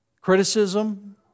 criticism